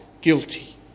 guilty